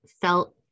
felt